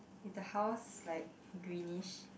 then house like greenish